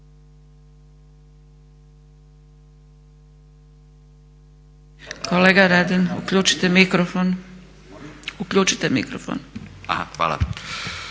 Kolega Radin, uključite mikrofon.